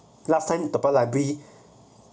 last time toa payoh library